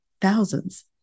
thousands